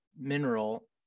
Mineral